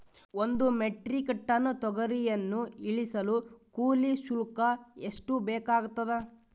ಒಂದು metric ton ತೊಗರಿಯನ್ನು ಇಳಿಸಲು ಕೂಲಿ ಶುಲ್ಕ ಎಷ್ಟು ಬೇಕಾಗತದಾ?